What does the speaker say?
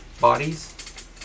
bodies